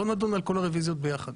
בוא נדון על כל הרוויזיות ביחד.